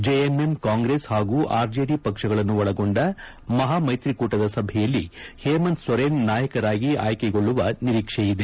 JMM Congress ಹಾಗೂ RJD ಪಕ್ಷಗಳನ್ನು ಒಳಗೊಂಡ ಮಹಾ ಮೈತ್ರಿಕೂಟದ ಸಭೆಯಲ್ಲಿ ಹೇಮಂತ್ ಸೂರೆನ್ ನಾಯಕರಾಗಿ ಆಯ್ಕೆಗೊಳ್ಳುವ ನಿರೀಕ್ವೆ ಇದೆ